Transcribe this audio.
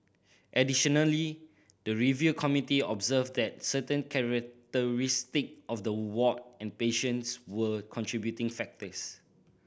additionally the review committee observed that certain characteristic of the ward and patients were contributing factors